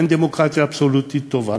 ואין דמוקרטיה אבסולוטית טובה,